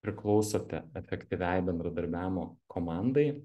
priklausote efektyviai bendradarbiavimo komandai